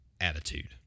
attitude